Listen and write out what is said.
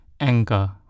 Anger